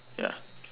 ya